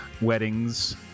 weddings